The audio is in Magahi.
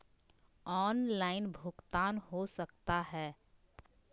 ऑनलाइन भुगतान हो सकता है?